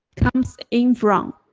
comes in from,